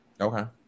Okay